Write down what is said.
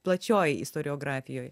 plačioj istoriografijoj